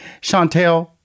Chantel